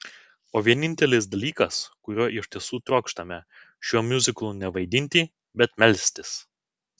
o vienintelis dalykas kurio iš tiesų trokštame šiuo miuziklu ne vaidinti bet melstis